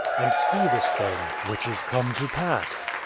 and see this thing which is come to pass.